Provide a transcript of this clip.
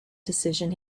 decision